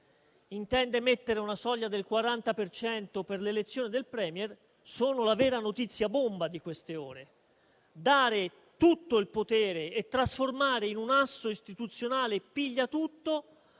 intende mettere una soglia del 40 per cento per l'elezione del *Premier* sono infatti la vera notizia bomba di queste ore - dare tutto il potere e trasformare in un asso istituzionale piglia tutto